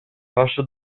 вашу